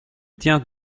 tient